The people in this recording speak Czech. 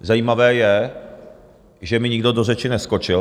Zajímavé je, že mi nikdo do řeči neskočil.